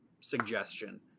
suggestion